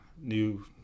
new